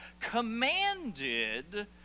commanded